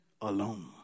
alone